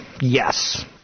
Yes